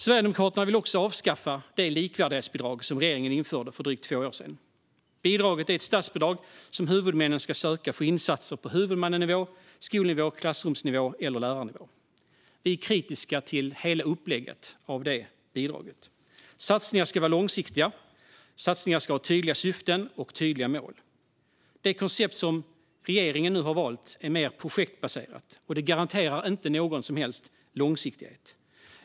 Sverigedemokraterna vill också avskaffa det likvärdighetsbidrag som regeringen införde för drygt två år sedan. Bidraget är ett statsbidrag som huvudmännen kan söka för insatser på huvudmannanivå, skolnivå, klassrumsnivå eller lärarnivå. Vi är kritiska till hela upplägget av bidraget. Satsningar ska vara långsiktiga och ha tydliga syften och mål. Det koncept som regeringen nu har valt är mer projektbaserat och garanterar inte någon som helst långsiktighet.